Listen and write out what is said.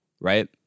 right